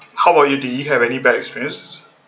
how about you do you have any bad experience